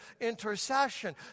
intercession